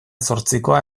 zortzikoa